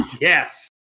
Yes